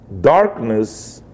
darkness